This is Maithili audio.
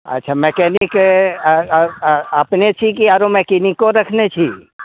अच्छा मकैनिक अपने छी कि आओर मकैनिको रखने छी